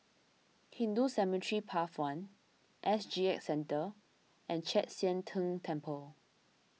Hindu Cemetery Path one S G X Centre and Chek Sian Tng Temple